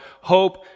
hope